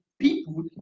People